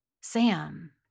Sam